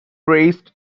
praised